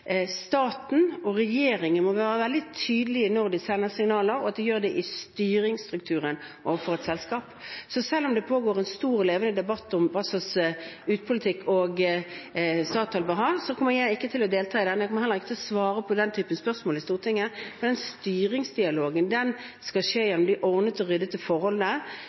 staten og regjeringen må være veldig tydelige når de sender signaler, og at de må gjøre det i styringsstrukturen overfor et selskap. Så selv om det pågår en stor og levende debatt om hva slags utbyttepolitikk Statoil bør ha, kommer ikke jeg til å delta i den, og jeg kommer heller ikke til å svare på den typen spørsmål i Stortinget. Den styringsdialogen skal skje gjennom de ordnede og ryddige forholdene som også kontrollkomiteen har stor mulighet til å